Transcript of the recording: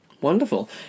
Wonderful